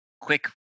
quick